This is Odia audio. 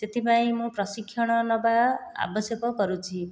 ସେଥିପାଇଁ ମୁଁ ପ୍ରଶିକ୍ଷଣ ନେବା ଆବଶ୍ୟକ କରୁଛି